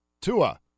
Tua